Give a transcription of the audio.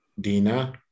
Dina